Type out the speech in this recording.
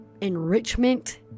enrichment